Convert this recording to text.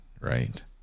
right